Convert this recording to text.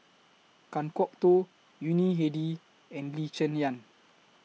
Kan Kwok Toh Yuni Hadi and Lee Cheng Yan